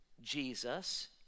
Jesus